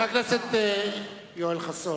חבר הכנסת יואל חסון,